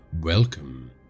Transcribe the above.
welcome